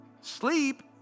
Sleep